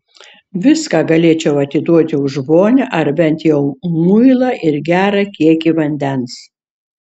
viską galėčiau atiduoti už vonią ar bent jau muilą ir gerą kiekį vandens